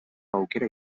aukera